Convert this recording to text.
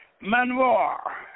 Manoir